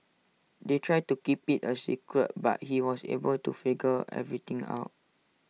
they tried to keep IT A secret but he was able to figure everything out